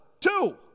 Two